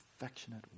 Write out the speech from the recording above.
affectionate